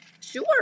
Sure